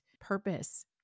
purpose